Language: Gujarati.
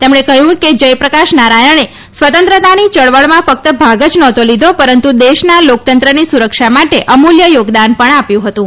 તેમણે કહ્યું હતું કે જયપ્રકાશ નારાયણે સ્વતંત્રતાની ચળવળમાં ફક્ત ભાગ જ નહોતો લીધો પરંતુ દેશમાં લોકતંત્રની સુરક્ષા માટે અમૂલ્ય યોગદાન પણ આપ્યું હતું